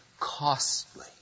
costly